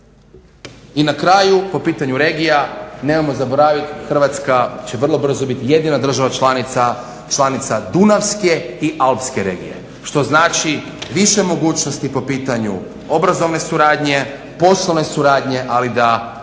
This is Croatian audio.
I na kraju po pitanju regija nemojmo zaboraviti Hrvatska će vrlo brzo biti jedina država članica, članica Dunavske i Alpske regije što znači više mogućnosti po pitanju obrazovne suradnje, poslovne suradnje ali da